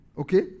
okay